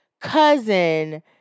cousin